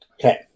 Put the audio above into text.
Okay